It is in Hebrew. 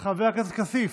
חבר הכנסת כסיף,